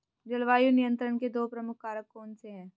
जलवायु नियंत्रण के दो प्रमुख कारक कौन से हैं?